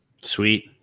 Sweet